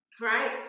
right